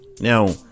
now